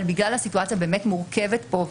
בגלל הסיטואציה המורכבת פה,